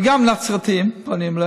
וגם הנצרתיים פונים,